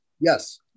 yes